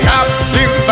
Captain